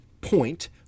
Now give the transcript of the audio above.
point